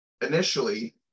initially